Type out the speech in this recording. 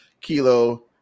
kilo